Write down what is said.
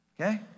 Okay